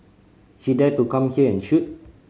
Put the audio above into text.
she dare to come here and shoot